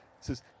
says